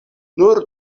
nur